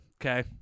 okay